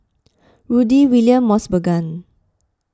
Rudy William Mosbergen